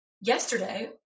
yesterday